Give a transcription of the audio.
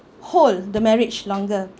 hold the marriage longer